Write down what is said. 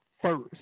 first